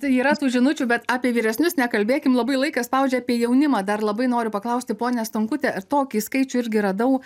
tai yra tų žinučių bet apie vyresnius nekalbėkim labai laikas spaudžia apie jaunimą dar labai noriu paklausti ponia stonkute tokį skaičių irgi radau